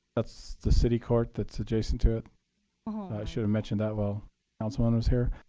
that's the city court that's adjacent to it. i should've mentioned that while um so and was here.